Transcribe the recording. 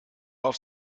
auf